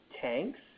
tanks